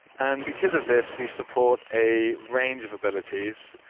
and because of this, we support a range of abilities